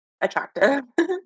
attractive